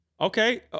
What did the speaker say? Okay